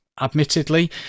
Admittedly